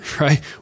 right